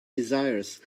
desires